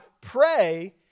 pray